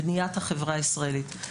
בניית החברה הישראלית.